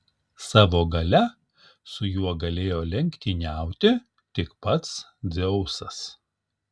savo galia su juo galėjo lenktyniauti tik pats dzeusas